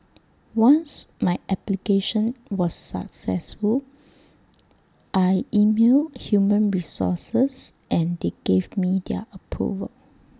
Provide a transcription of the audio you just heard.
once my application was successful I emailed human resources and they gave me their approval